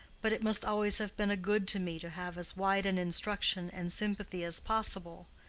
but it must always have been a good to me to have as wide an instruction and sympathy as possible.